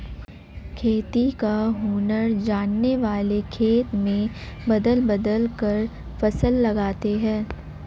खेती का हुनर जानने वाले खेत में बदल बदल कर फसल लगाते हैं